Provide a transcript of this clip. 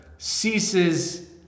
ceases